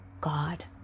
God